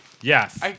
Yes